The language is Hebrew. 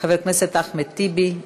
חבר הכנסת אחמד טיבי,